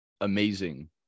amazing